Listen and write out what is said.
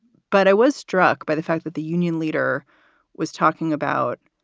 but i was struck by the fact that the union leader was talking about.